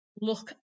look